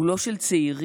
הוא לא של צעירים